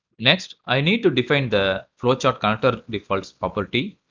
next i need to define the flowchartconnectordefaults property.